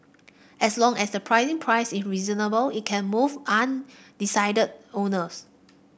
as long as the pricing price is reasonable it can move undecided owners